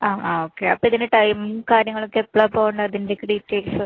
ആ ആ ഓക്കേ അപ്പോൾ ഇതിൻ്റെ ടൈമും കാര്യങ്ങളൊക്കെ എപ്പളാ പോവേണ്ടത് അതിൻ്റെയൊക്കെ ഡീറ്റെയിൽസ്